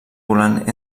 volant